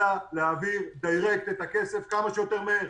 אלא להעביר ישירות את הכסף כמה שיותר מהר.